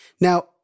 Now